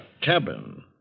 cabin